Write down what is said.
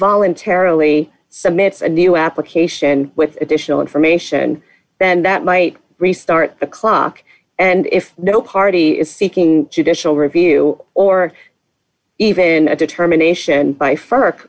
voluntarily submits a new application with additional information then that might restart the clock and if no party is seeking judicial review or even a determination